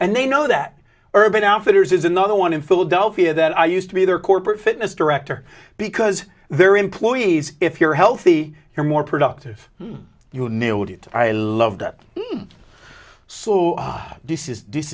and they know that urban outfitters is another one in philadelphia that i used to be their corporate fitness director because their employees if you're healthy you're more productive you nailed it i love that disses disses this is this